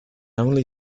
only